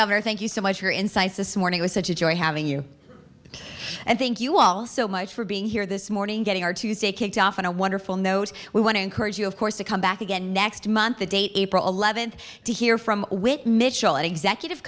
governor thank you so much your insights this morning i said you join having you and thank you all so much for being here this morning getting our tuesday kicked off on a wonderful note we want to encourage you of course to come back again next month the date april eleventh to hear from whit mitchell executive